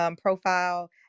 profile